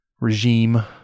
regime